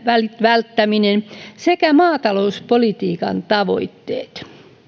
välttäminen sekä maatalouspolitiikan tavoitteet